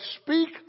speak